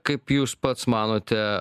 kaip jūs pats manote